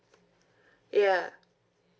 ya